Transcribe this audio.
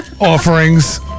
offerings